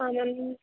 ಹಾಂ ಮ್ಯಾಮ್